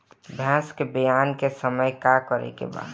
भैंस ब्यान के समय का करेके बा?